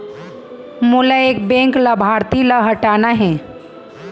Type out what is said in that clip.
मोला एक बैंक लाभार्थी ल हटाना हे?